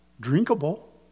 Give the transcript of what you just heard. drinkable